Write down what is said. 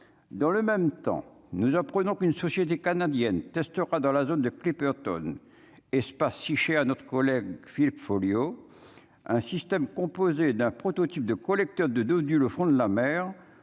dans le même temps, nous apprenons qu'une société canadienne testera dans la zone de pluie Burton, espace Icher à notre collègue Philippe Folliot, un système composé d'un prototype de collecteurs de de du le front de la mer,